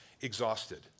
exhausted